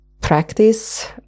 practice